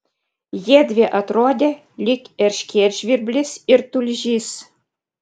jiedvi atrodė lyg erškėtžvirblis ir tulžys